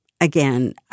again